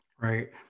Right